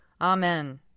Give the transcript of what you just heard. Amen